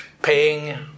paying